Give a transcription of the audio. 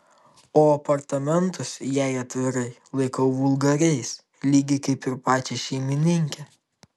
o apartamentus jei atvirai laikau vulgariais lygiai kaip ir pačią šeimininkę